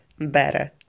better